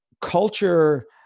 culture